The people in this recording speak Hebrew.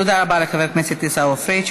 תודה רבה לחבר הכנסת עיסאווי פריג'.